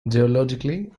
geologically